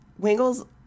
Wingles